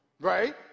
Right